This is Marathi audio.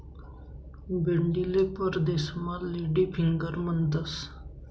भेंडीले परदेसमा लेडी फिंगर म्हणतंस